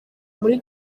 muri